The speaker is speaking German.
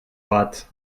ort